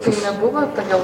tai nebuvo todėl